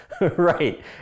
Right